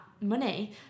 money